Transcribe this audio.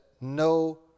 no